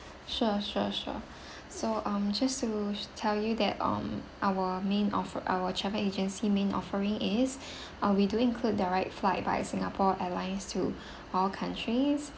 sure sure sure so um just to tell you that um our main offe~ our travel agency main offering is uh we do include direct flight by singapore airlines to all countries